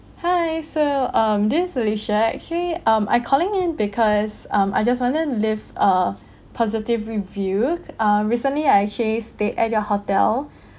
hi so um this is alicia actually um I calling in because um I just wanted to leave a positive review uh recently I actually stayed at your hotel